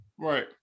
right